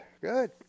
good